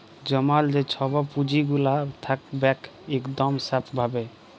জমাল যে ছব পুঁজিগুলা থ্যাকবেক ইকদম স্যাফ ভাবে